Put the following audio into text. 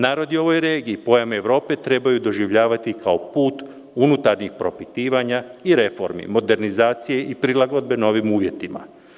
Narodi u ovoj regiji pojam „Evropa“ trebaju doživljavati kao put unutarnjih propirivanja i reformi, modernizacije i prilagodbeno ovim uvjetima.